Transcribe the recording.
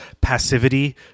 passivity